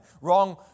Wrong